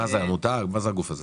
מה זה הגוף הזה?